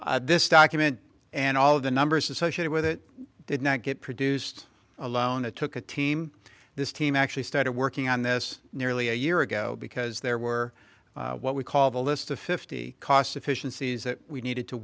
formats this document and all of the numbers associated with it did not get produced alone it took a team this team actually started working on this nearly a year ago because there were what we call the list of fifty cost efficiencies that we needed to